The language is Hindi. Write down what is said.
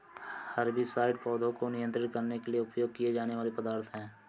हर्बिसाइड्स पौधों को नियंत्रित करने के लिए उपयोग किए जाने वाले पदार्थ हैं